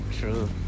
true